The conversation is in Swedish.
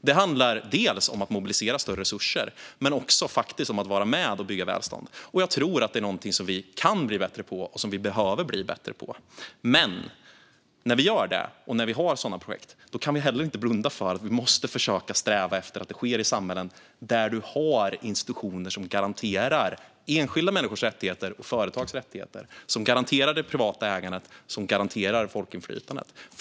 Det handlar dels om att mobilisera större resurser, dels om att vara med och bygga välstånd. Jag tror att det är någonting som vi både behöver och kan bli bättre på, men när vi gör det och har sådana projekt kan vi heller inte blunda för att vi måste sträva efter att det sker i samhällen där det finns institutioner som garanterar enskilda människors och företags rättigheter, det privata ägandet och folkinflytandet.